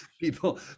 People